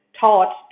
taught